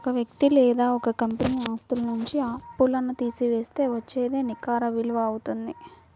ఒక వ్యక్తి లేదా ఒక కంపెనీ ఆస్తుల నుంచి అప్పులను తీసివేస్తే వచ్చేదే నికర విలువ అవుతుంది